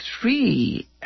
three